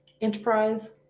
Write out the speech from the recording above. enterprise